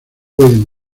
pueden